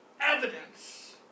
evidence